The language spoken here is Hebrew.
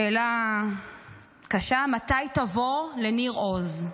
שאלה קשה: מתי תבוא לניר עוז?